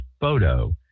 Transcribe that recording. photo